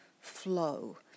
flow